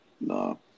No